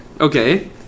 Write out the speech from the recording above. Okay